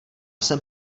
jsem